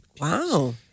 Wow